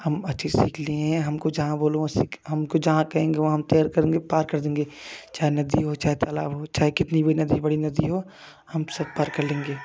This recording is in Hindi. हम अच्छी सीख लिए हैं हमको जहाँ बोलो हमको जहाँ कहेंगे वहाँ हम तैर करेंगे पार कर देंगे चाहे नदी हो चाहे तालाब हो चाहे कितनी भी नदी बड़ी नदी हो हम सब पार कर लेंगे